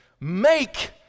make